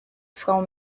frau